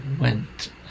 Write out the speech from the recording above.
went